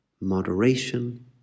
moderation